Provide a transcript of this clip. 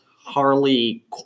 Harley